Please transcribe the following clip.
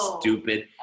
stupid